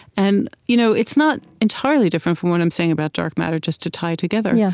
and you know it's not entirely different from what i'm saying about dark matter, just to tie together, yeah